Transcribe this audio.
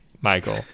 Michael